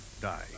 die